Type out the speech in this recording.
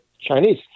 Chinese